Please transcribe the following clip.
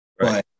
Right